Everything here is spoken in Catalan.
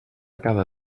cada